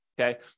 Okay